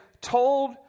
told